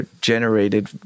generated